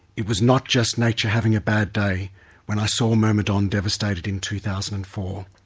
it was not just nature having a bad day when i saw myrmidon devastated in two thousand and four.